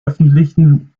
öffentlichen